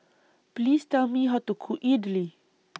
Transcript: Please Tell Me How to Cook Idili